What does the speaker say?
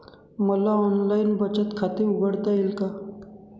मला ऑनलाइन बचत खाते उघडता येईल का?